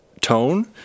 tone